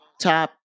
top